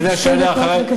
נותרו שתי דקות.